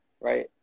right